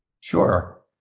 Sure